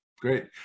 Great